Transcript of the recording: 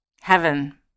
Heaven